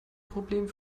problem